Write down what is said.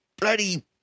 bloody